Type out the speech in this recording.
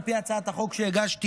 על פי הצעת החוק שהגשתי,